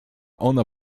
ona